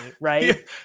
right